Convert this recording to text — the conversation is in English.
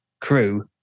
crew